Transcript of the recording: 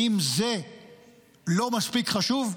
האם זה לא מספיק חשוב?